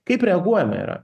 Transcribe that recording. kaip reaguojama yra